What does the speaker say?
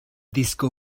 disco